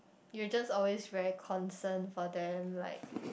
you just always very concerned for them like